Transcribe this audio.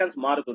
కనుక Xg1 0